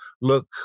look